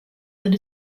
wird